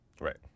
Right